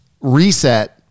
reset